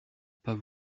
pas